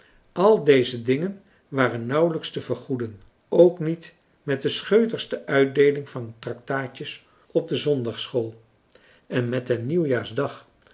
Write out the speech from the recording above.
al deze dingen waren nauwelijks te vergoeden ook niet met de scheutigste uitdeeling van traktaatjes op de zondagschool en met den nieuwjaarsdag